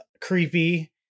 creepy